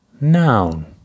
noun